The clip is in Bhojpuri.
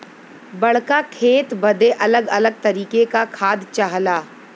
बड़्का खेत बदे अलग अलग तरीके का खाद चाहला